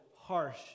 harsh